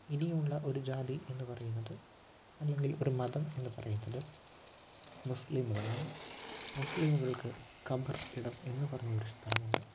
ഇനിയുമുള്ള ഒരു ജാതി എന്നു പറയുന്നത് അല്ലെങ്കിൽ ഒരു മതം എന്നു പറയുന്നത് മുസ്ലീമുകളാണ് മുസ്ലീമുകൾക്ക് ഖബർ ഇടം എന്നു പറഞ്ഞൊരു സ്ഥലമുണ്ട്